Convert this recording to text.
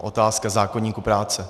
Otázka zákoníku práce.